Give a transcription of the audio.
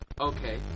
Okay